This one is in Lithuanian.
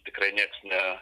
tikrai nieks ne